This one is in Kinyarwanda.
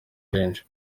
kenshi